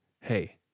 hey